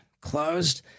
closed